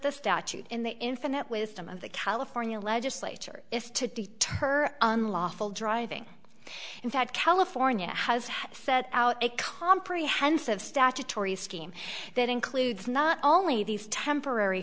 the statute in the infinite wisdom of the california legislature is to deter unlawful driving in fact california has set out a comprehensive statutory scheme that includes not only these temporary